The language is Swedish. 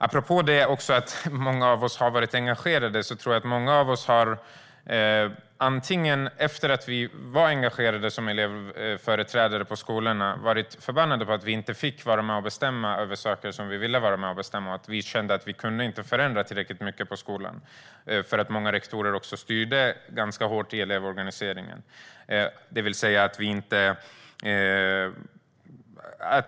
Apropå att många av oss har varit engagerade tror jag att många av oss efter att ha varit engagerade som elevföreträdare i skolan var förbannade över att vi inte fick vara med och bestämma över saker som vi ville vara med och bestämma över och kände att vi inte kunde förändra tillräckligt mycket på skolan eftersom många rektorer styrde elevorganiseringen ganska hårt.